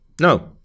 No